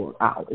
hours